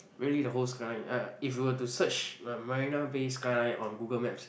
really the whole skyline if you were to search Ma~ Marina-Bay skyline on Google Maps